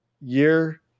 year